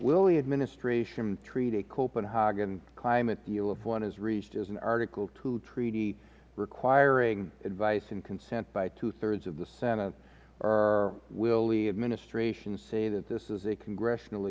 will the administration treat a copenhagen climate deal if one is reached as an article two treaty requiring advice and consent by two thirds of the senate or will the administration say that this is a congressional